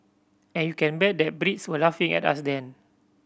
and you can bet that Brits were laughing at us then